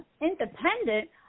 independent